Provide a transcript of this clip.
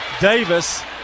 Davis